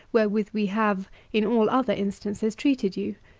wherewith we have in all other instances treated you.